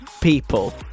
people